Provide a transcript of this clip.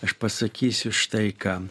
aš pasakysiu štai ką